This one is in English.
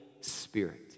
Spirit